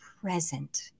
present